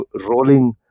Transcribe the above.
rolling